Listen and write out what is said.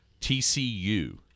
TCU